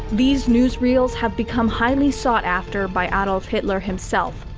these newsreels have become highly sought-after by adolf hitler himself,